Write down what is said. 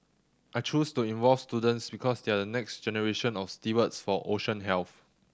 I chose to involve students because they are the next generation of stewards for ocean health